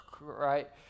right